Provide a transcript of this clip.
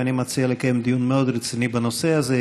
ואני מציע לקיים דיון מאוד רציני בנושא הזה,